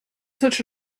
such